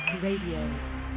Radio